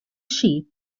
sheep